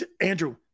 Andrew